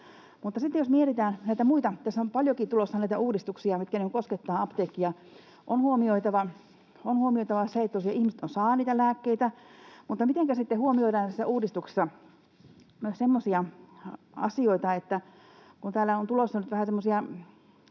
tässä on paljonkin tulossa näitä uudistuksia, mitkä koskettavat apteekkia. On huomioitava tosiaan se, että ihmiset saavat niitä lääkkeitä, mutta mitenkä sitten huomioidaan tässä uudistuksessa myös semmoisia asioita, kun täällä on tulossa